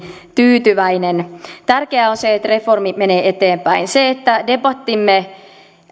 tyytyväinen tärkeää on se että reformi menee eteenpäin se että debattimme